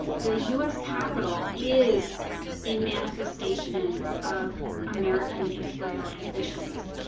the us capitol is a manifestation of american imperial ambitions.